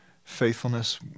faithfulness